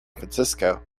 francisco